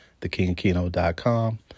thekingkino.com